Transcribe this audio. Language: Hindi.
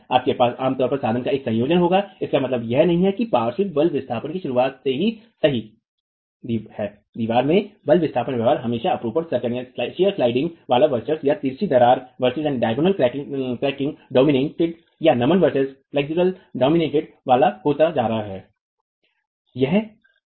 आपके पास आमतौर पर साधन का एक संयोजन होगा इसका मतलब यह नहीं है कि पार्श्व बल विस्थापन की शुरुआत से ही सही दीवार के बल विस्थापन व्यवहार यह हमेशा अपरूपण सर्कन वाला वर्चस्व या तिरछी दरार वर्चस्व या नमन वर्चस्व वाला होता जा रहा है